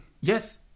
Yes